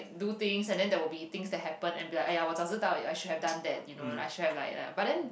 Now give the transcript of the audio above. do things and then there will be things that happen and be like !aiya! 我找知道 I should have done that you know I should have like that but then